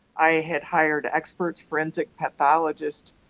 i had hired experts, forensic pathologist,